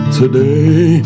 today